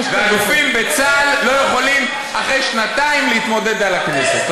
ואלופים בצה"ל לא יכולים אחרי שנתיים להתמודד לכנסת.